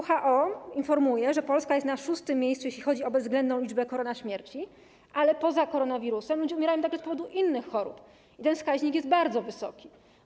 WHO informuje, że Polska jest na 6. miejscu, jeśli chodzi o bezwzględną liczbę koronaśmierci, ale poza koronawirusem ludzie umierają także z powodu innych chorób i ten wskaźnik jest bardzo wysoki.